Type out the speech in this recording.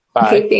Bye